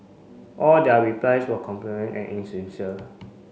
all their replies were and insincere